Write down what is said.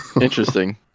Interesting